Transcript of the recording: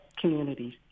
communities